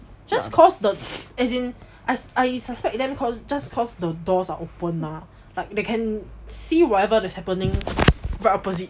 just cause the as in I I suspect them cause just cause the doors are open lah like they can see whatever is happening